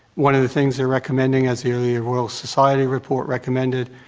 one of the things they are recommending, as the earlier royal society report recommended,